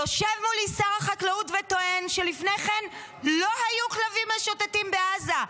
יושב מולי שר החקלאות וטוען שלפני כן לא היו כלבים משוטטים בעזה.